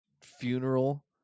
funeral